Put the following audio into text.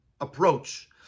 approach